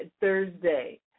Thursday